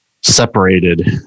separated